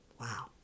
wow